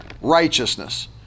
righteousness